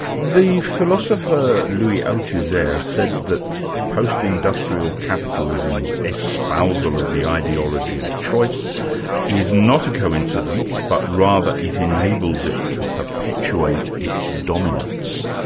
the philosopher, louis althusser said that post-industrial capitalism's espousal of the ideology of choice is not a coincidence, but rather it enables it to perpetuate its dominance.